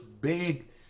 big